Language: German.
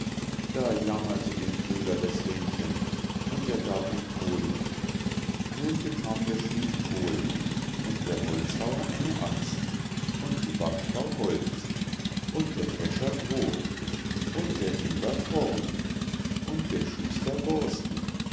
da jammerte den köhler das hähnchen und er gab ihm kohlen nun bekam der schmied kohlen und der holzhauer eine axt und die backfrau holz und der drescher brod und der eber korn und der schuster borsten